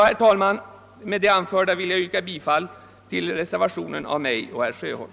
Herr talman! Med det anförda vill jag yrka bifall till reservationen 1 av mig själv och herr Sjöholm.